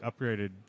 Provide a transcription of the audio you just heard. upgraded